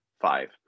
five